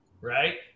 right